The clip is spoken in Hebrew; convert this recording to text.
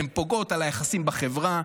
הן פוגעות היחסים בחברה,